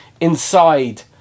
inside